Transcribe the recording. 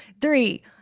three